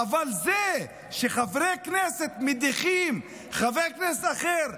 אבל זה שחברי כנסת מדיחים חבר כנסת אחר,